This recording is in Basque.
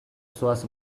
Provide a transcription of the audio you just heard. zoaz